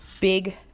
big